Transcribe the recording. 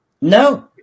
No